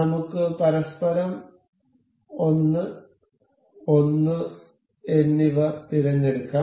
നമുക്ക് പരസ്പരം 1 1 എന്നിവ തിരഞ്ഞെടുക്കാം